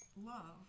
love